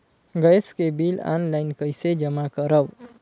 Gas के bill online कइसे जमा करव?